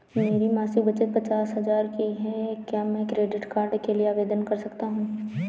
मेरी मासिक बचत पचास हजार की है क्या मैं क्रेडिट कार्ड के लिए आवेदन कर सकता हूँ?